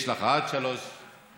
יש לך עד שלוש דקות,